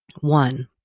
one